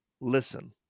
listen